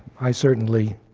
i certainly